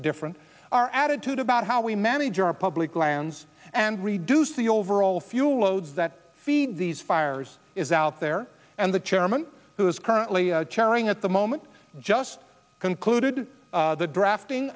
different our attitude about how we manage our public lands and reduce the overall fuel loads that feed these fires is out there and the chairman who is currently chairing at the moment just concluded the drafting